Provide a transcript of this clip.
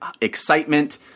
excitement